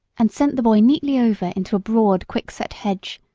and sent the boy neatly over into a broad quickset hedge,